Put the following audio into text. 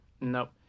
Nope